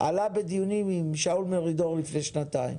עלה בדיונים עם שאול מרידור לפני שנתיים.